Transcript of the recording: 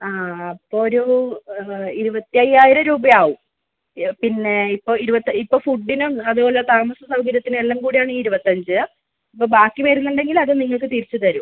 ആ അപ്പോൾ ഒരു ആ ഇരുപത്തയയ്യായിരം രൂപയാകും പിന്നെ ഇരുപത്ത് പിന്നെ ഇപ്പം ഫുഡിനും അതുപോലെ താമസ സൗകര്യത്തിനും എല്ലാം കൂടെയാണ് ഈ ഇരുപത്തഞ്ച് അപ്പം ബാക്കി വരുന്നുണ്ടെങ്കിൽ അത് നിങ്ങൾക്ക് തിരിച്ച് തരും